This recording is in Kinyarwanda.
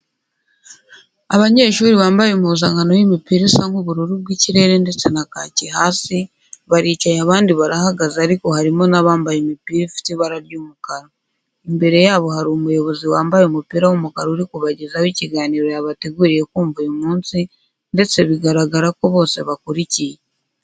Abanyeshuri bambaye impuzankano y'imipira isa nk'ubururu bw'ikirere ndetse na kaki hasi, baricaye abandi barahagaze ariko harimo n'abambaye imipira ifite ibara ry'umukara. Imbere yabo hari umuyobozi wambaye umupira w'umukara uri kubagezaho ikiganiro yabateguriye kumva uyu munsi ndetse bigaragara ko bose bakurikiye.